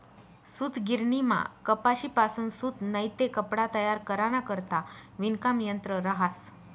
सूतगिरणीमा कपाशीपासून सूत नैते कपडा तयार कराना करता विणकाम यंत्र रहास